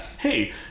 hey